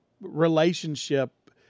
relationship